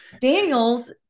Daniels